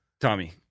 Tommy